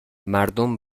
مردم